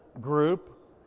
group